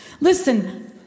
Listen